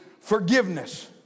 forgiveness